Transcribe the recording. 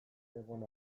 egon